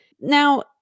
now